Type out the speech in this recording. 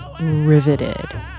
riveted